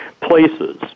places